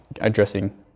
addressing